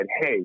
Hey